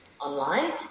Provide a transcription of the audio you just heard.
online